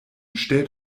stellt